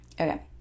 Okay